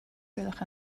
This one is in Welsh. gwelwch